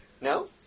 No